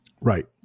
Right